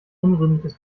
unrühmliches